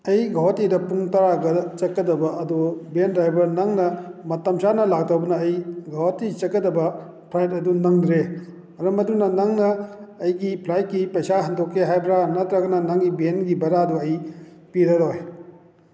ꯑꯩ ꯒꯨꯋꯥꯍꯥꯇꯤꯗ ꯄꯨꯡ ꯇꯥꯔꯥ ꯑꯗꯨꯋꯥꯏꯗ ꯆꯠꯀꯗꯕ ꯑꯗꯣ ꯚꯦꯟ ꯗ꯭ꯔꯥꯏꯕꯔ ꯅꯪꯅ ꯃꯇꯝ ꯆꯥꯅ ꯂꯥꯛꯇꯕꯅ ꯑꯩ ꯒꯨꯋꯥꯍꯥꯇꯤ ꯆꯠꯀꯗꯕ ꯐ꯭ꯂꯥꯏꯠ ꯑꯗꯨ ꯅꯪꯗ꯭ꯔꯦ ꯃꯔꯝ ꯃꯗꯨꯅ ꯅꯪꯅ ꯑꯩꯒꯤ ꯐ꯭ꯂꯥꯏꯠꯀꯤ ꯄꯩꯁꯥ ꯍꯟꯗꯣꯛꯀꯦ ꯍꯥꯏꯕ꯭ꯔꯥ ꯅꯠꯇ꯭ꯔꯒꯅ ꯅꯪꯒꯤ ꯚꯦꯟꯒꯤ ꯕꯔꯥꯗꯣ ꯑꯩ ꯄꯤꯔꯔꯣꯏ